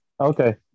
Okay